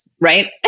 Right